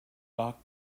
dark